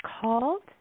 called